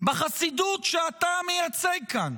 בחסידות שאתה מייצג כאן,